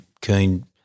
keen